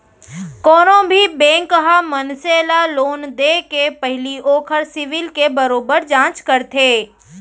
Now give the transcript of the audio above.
कोनो भी बेंक ह मनसे ल लोन देके पहिली ओखर सिविल के बरोबर जांच करथे